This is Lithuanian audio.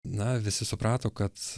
na visi suprato kad